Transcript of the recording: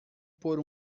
por